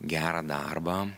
gerą darbą